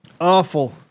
Awful